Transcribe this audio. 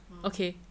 orh